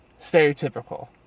stereotypical